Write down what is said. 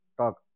talk